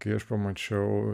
kai aš pamačiau